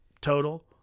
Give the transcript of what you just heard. total